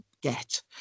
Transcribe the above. get